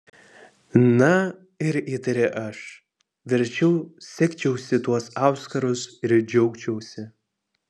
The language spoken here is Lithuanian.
na ir įtari aš verčiau segčiausi tuos auskarus ir džiaugčiausi